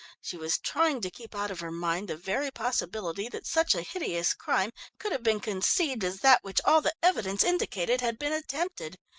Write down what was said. she was trying to keep out of her mind the very possibility that such a hideous crime could have been conceived as that which all the evidence indicated had been attempted.